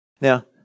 Now